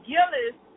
Gillis